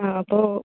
ആ അപ്പോൾ